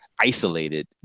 isolated